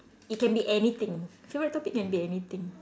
it can be anything favourite topic can be anything